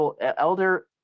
Elder